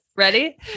Ready